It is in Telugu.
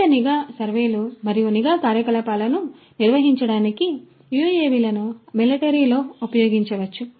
వివిధ నిఘా సర్వేలు మరియు నిఘా కార్యకలాపాలను నిర్వహించడానికి యుఎవిలను మిలటరీలో ఉపయోగించవచ్చు